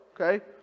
Okay